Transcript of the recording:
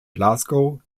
glasgow